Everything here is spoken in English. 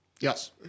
Yes